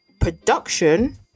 production